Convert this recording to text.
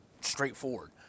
straightforward